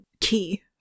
key